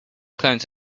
clothes